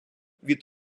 від